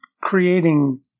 creating